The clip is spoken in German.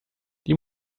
die